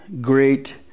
great